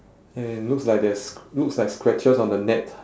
and looks like there's sc~ looks like scratches on the net